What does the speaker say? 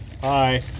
Hi